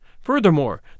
Furthermore